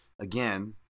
again